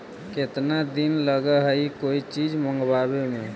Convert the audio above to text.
केतना दिन लगहइ कोई चीज मँगवावे में?